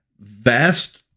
vast